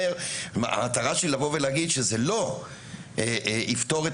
אבל המטרה שלי היא להגיד שזה לא יפתור את